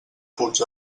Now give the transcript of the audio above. punts